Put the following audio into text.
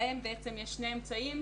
שבהם בעצם יש שני אמצעים.